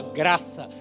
graça